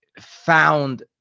found